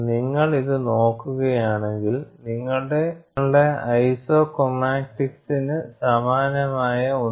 നിങ്ങൾ ഇത് നോക്കുകയാണെങ്കിൽ നിങ്ങളുടെ ഐസോക്രോമാറ്റിക്സിന് സമാനമായ ഒന്ന്